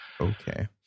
Okay